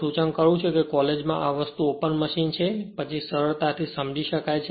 હું સૂચન કરું છું કે કોલેજ માં આ વસ્તુ ઓપન મશીન છે પછી સરળતાથી સમજી શકાય